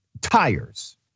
Tires